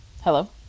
Hello